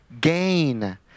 gain